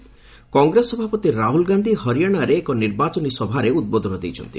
କଂଗ୍ରେସ ସଭାପତି ରାହୁଲ ଗାନ୍ଧୀ ହରିୟାଣାରେ ଏକ ନିର୍ବାଚନୀ ସଭାରେ ଉଦ୍ବୋଧନ ଦେଇଛନ୍ତି